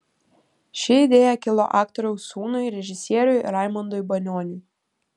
ši idėja kilo aktoriaus sūnui režisieriui raimundui banioniui